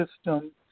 system